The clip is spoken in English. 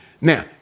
Now